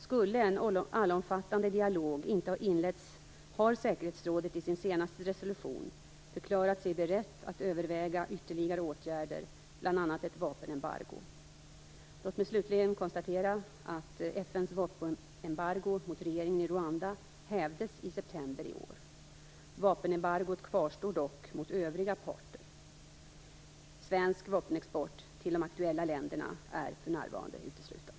Skulle en allomfattande dialog inte ha inletts har säkerhetsrådet, i sin senaste resolution, förklarat sig berett att överväga ytterligare åtgärder, bl.a. ett vapenembargo. Låt mig slutligen konstatera att FN:s vapenembargo mot regeringen i Rwanda hävdes i september i år. Vapenembargot kvarstår dock mot övriga berörda parter. Svensk vapenexport till de aktuella länderna är för närvarande utesluten.